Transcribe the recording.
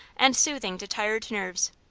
and soothing to tired nerves.